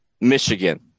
Michigan